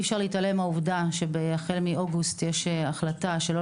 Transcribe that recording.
אי אפשר מהעובדה שהחל מאוגוסט יש החלטה שלא